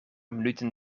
minuten